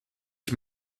ich